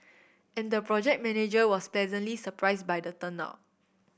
and the project manager was pleasantly surprised by the turnout